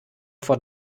for